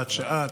הוראת שעה),